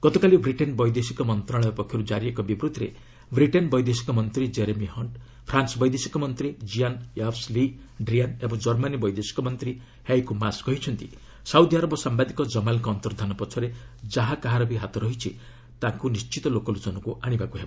ଗତକାଲି ବ୍ରିଟେନ୍ ବୈଦେଶିକ ମନ୍ତ୍ରଣାଳୟ ପକ୍ଷରୁ ଜାରି ଏକ ବିବୃତ୍ତିରେ ବ୍ରିଟେନ୍ ବୈଦେଶିକ ମନ୍ତ୍ରୀ ଜେରେମି ହଙ୍କ ଫ୍ରାନ୍ୱର ବୈଦେଶିକ ମନ୍ତ୍ରୀ ଜିଆନ୍ ୟଭସ୍ ଲି ଡ୍ରିଆନ୍ ଏବଂ ଜର୍ମାନୀ ବୈଦେଶିକ ମନ୍ତ୍ରୀ ହେଇକୋ ମାସ୍ କହିଛନ୍ତି ସାଉଦିଆରବ ସାମ୍ବାଦିକ ଜମାଲଙ୍କ ଅନ୍ତର୍ଦ୍ଧାନ ପଛରେ ଯାହାର ହାତ ରହିଛି ତାକୁ ନିଶ୍ଚିତ ଲୋକଲୋଚନକୁ ଆଶିବାକୁ ହେବ